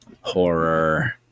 horror